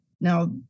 now